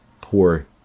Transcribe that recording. poor